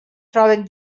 troben